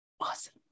Awesome